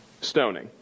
Stoning